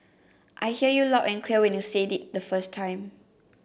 I heard you loud and clear when you said it the first time